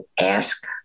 ask